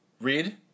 Read